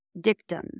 dictum